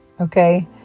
Okay